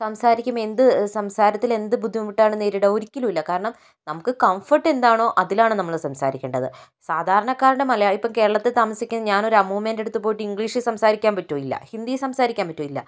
സംസാരിക്കും എന്ത് സംസാരത്തിൽ എന്ത് ബുദ്ധിമുട്ടാണ് നേരിടുക ഒരിക്കലും ഇല്ല കാരണം നമുക്ക് കംഫർട്ട് എന്താണോ അതിലാണ് നമ്മൾ സംസാരിക്കേണ്ടത് സാധാരണകാരുടെ മലയാ ഇപ്പോൾ കേരളത്തിൽ താമസിക്കുന്ന ഞാൻ ഒരു അമ്മുമ്മേൻ്റെ അടുത്ത് പോയിട്ട് ഇംഗ്ലീഷ് സംസാരിക്കാൻ പറ്റുമോ ഇല്ല ഹിന്ദി സംസാരിക്കാൻ പറ്റുമോ ഇല്ല